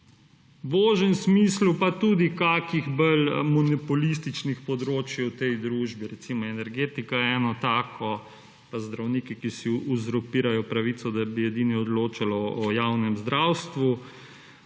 v ožjem smislu pa tudi kakih bolj monopolističnih področij v tej družbi. Recimo, energetika je eno tako, pa zdravniki, ki si uzurpirajo pravico, da bi edini odločali o javnem zdravstvu,